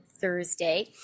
Thursday